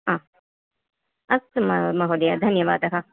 हा अस्तु मा महोदय धन्यवादः